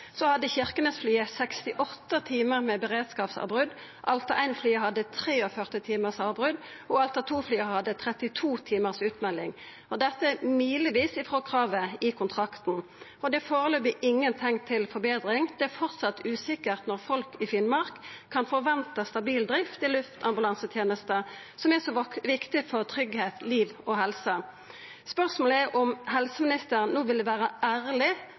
hadde Kirkenes-flyet 68 timar med beredskapsavbrot, Alta 1-flyet hadde 43 timar med avbrot, og Alta 2-flyet hadde 32 timar med utmelding. Dette er milevis frå kravet i kontrakten, og det er førebels ikkje teikn til betring. Det er framleis usikkert når folk i Finnmark kan forventa stabil drift i luftambulansetenesta, som er så viktig for tryggleik, liv og helse. Spørsmålet er om helseministeren no vil vera ærleg